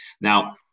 Now